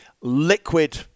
liquid